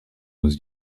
was